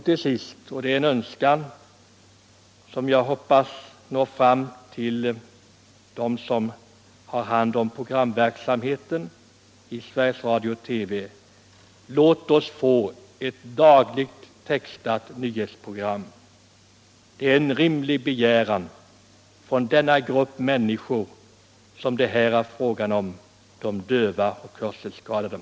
Till sist en önskan, som jag hoppas når fram till dem som har hand om programverksamheten i Sveriges Radio/TV. Det är en rimlig begäran från den grupp människor som det här är fråga om. nämligen de döva och hörselskadade.